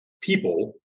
people